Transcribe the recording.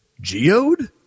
Geode